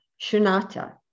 shunata